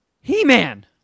He-Man